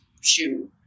shoe